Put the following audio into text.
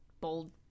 bold